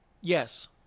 yes